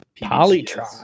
Polytron